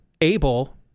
able